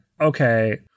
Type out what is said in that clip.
okay